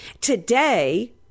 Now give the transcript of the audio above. Today